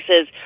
says